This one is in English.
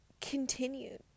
continued